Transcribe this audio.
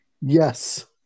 yes